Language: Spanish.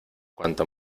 cuanto